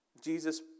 Jesus